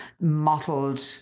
mottled